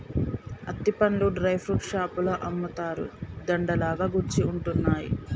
అత్తి పండ్లు dry fruits షాపులో అమ్ముతారు, దండ లాగా కుచ్చి ఉంటున్నాయి